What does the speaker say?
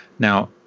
Now